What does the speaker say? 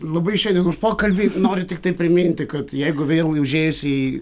labai šiandien už pokalbį noriu tiktai priminti kad jeigu vėl užėjus į